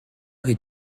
heure